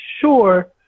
sure